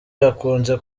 akunze